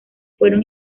fueron